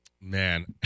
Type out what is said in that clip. Man